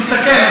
תסתכל,